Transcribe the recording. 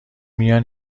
میان